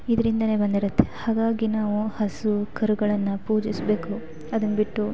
ಇದ್ರಿಂದಲೇ ಬಂದಿರುತ್ತೆ ಹಾಗಾಗಿ ನಾವು ಹಸು ಕರುಗಳನ್ನು ಪೂಜಿಸಬೇಕು ಅದನ್ನು ಬಿಟ್ಟು